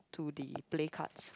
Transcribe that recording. to the play cards